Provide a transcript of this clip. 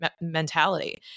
mentality